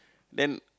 then